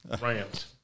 Rams